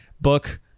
book